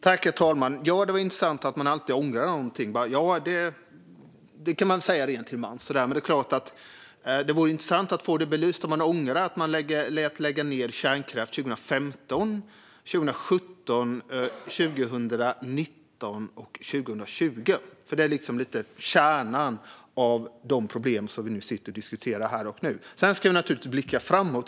Herr talman! Ja, det var intressant att man alltid ångrar något. Det kan man väl säga rent till mans. Men det vore intressant att få belyst om man ångrar att man lät lägga ned kärnkraft 2015, 2017, 2019 och 2020. Det är ju kärnan av de problem som vi diskuterar här och nu. Sedan ska vi naturligtvis blicka framåt.